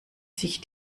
sich